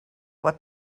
what